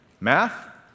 Math